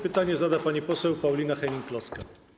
Pytanie zada pani poseł Paulina Hennig-Kloska.